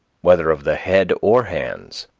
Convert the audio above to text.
whether of the head or hands.